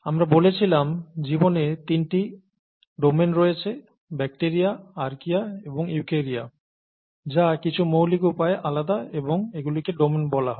আমরা বলেছিলাম জীবনে তিনটি ডোমেন রয়েছে ব্যাকটিরিয়া আর্চিয়া এবং ইউক্যারিয়া যা কিছু মৌলিক উপায়ে আলাদা এবং এগুলিকে ডোমেন বলা হয়